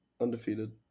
Undefeated